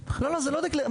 דקלרטיביים.